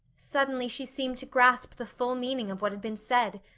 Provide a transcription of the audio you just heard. suddenly she seemed to grasp the full meaning of what had been said.